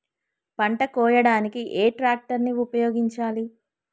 పంట కోయడానికి ఏ ట్రాక్టర్ ని ఉపయోగించాలి?